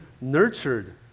nurtured